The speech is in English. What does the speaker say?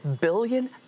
billion